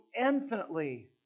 infinitely